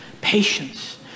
patience